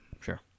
Sure